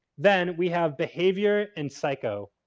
then we have behavior and psycho